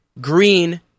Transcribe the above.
green